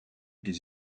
des